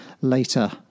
later